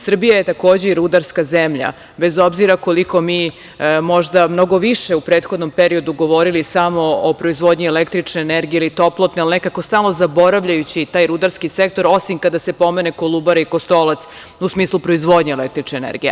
Srbija je takođe i rudarska zemlja, bez obzira koliko mi možda mnogo više u prethodnom periodu govorili samo o proizvodnji električne energije ili toplotne, ali nekako stalno zaboravljajući taj rudarski sektor, osim kada se pomene Kolubara i Kostolac u smislu proizvodnje električne energije.